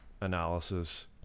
analysis